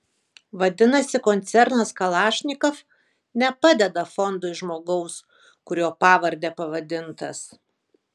vadinasi koncernas kalašnikov nepadeda fondui žmogaus kurio pavarde pavadintas